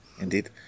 Indeed